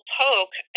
poke